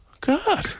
god